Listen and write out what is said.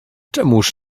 czemuż